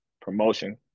promotion